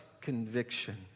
conviction